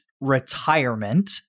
retirement